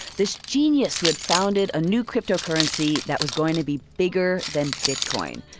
this genius who had founded a new cryptocurrency that was going to be bigger than bitcoin.